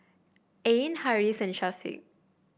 Ain Harris and Syafiq